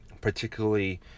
particularly